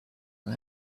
and